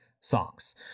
songs